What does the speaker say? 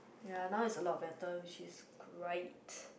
ya now is a lot better which is great